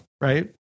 right